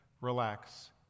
relax